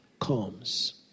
comes